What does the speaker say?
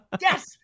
yes